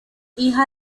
hija